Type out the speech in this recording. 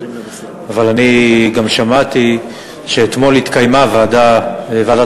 אבל גם שמעתי שאתמול התקיימה ישיבה של ועדת